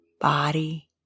body